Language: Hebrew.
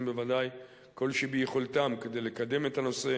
בוודאי כל שביכולתם כדי לקדם את הנושא